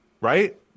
right